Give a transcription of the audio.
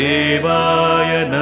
Devaya